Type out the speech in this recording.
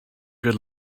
good